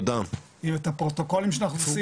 את הפרוטוקולים שלנו,